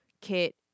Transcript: kit